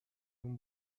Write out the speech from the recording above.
اون